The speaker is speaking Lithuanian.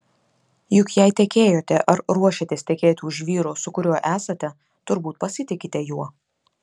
juk jei tekėjote ar ruošiatės tekėti už vyro su kuriuo esate turbūt pasitikite juo